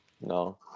No